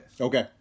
Okay